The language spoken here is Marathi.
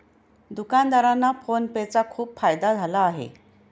दुकानदारांना फोन पे चा खूप फायदा झाला आहे